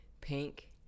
pink